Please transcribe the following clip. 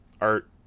art